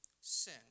Sin